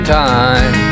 time